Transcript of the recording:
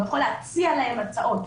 הוא יכול להציע להם הצעות,